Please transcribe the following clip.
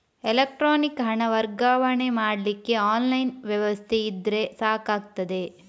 electronic ಹಣ ವರ್ಗಾವಣೆ ಮಾಡ್ಲಿಕ್ಕೆ ಆನ್ಲೈನ್ ವ್ಯವಸ್ಥೆ ಇದ್ರೆ ಸಾಕಾಗ್ತದೆ